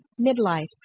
Midlife